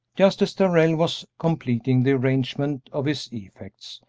just as darrell was completing the arrangement of his effects,